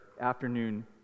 afternoon